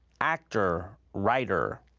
actor, writer,